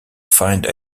find